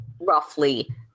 Roughly